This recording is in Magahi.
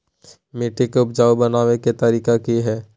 मिट्टी के उपजाऊ बनबे के तरिका की हेय?